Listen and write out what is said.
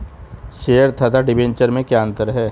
Share तथा debenture में क्या अंतर है?